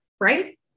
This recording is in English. right